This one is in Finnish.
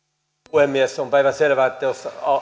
puhemies on päivänselvää että jos